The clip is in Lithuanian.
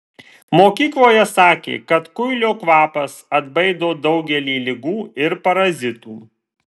mokykloje sakė kad kuilio kvapas atbaido daugelį ligų ir parazitų